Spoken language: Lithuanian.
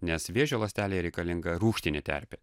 nes vėžio ląstelėje reikalinga rūgštinė terpė